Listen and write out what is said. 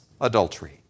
adultery